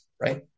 right